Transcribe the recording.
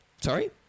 Sorry